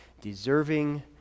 deserving